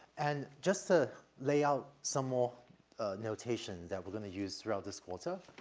and just to lay out some more notation that we're gonna use throughout this quarter.